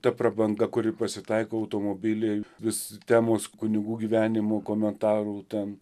ta prabanga kuri pasitaiko automobiliai vis temos kunigų gyvenimų komentarų ten